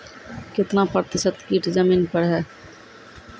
कितना प्रतिसत कीट जमीन पर हैं?